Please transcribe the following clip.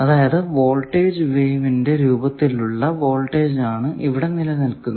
അതായതു വോൾടേജ് വേവിന്റെ രൂപത്തിൽ ഉള്ള വോൾടേജ് ആണ് ഇവിടെ നിലനിൽക്കുന്നത്